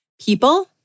People